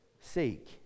seek